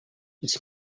its